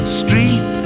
street